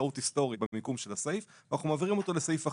טעות היסטורית במיקום של הסעיף ואנחנו מעבירים אותו לסעיף אחר.